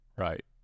right